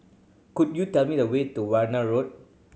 could you tell me the way to Warna Road